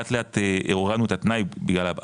לאט לאט הורדנו את התנאי בגלל,